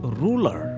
ruler